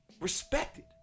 respected